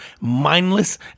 mindless